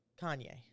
Kanye